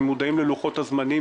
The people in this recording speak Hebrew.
הם מודעים ללוחות הזמנים.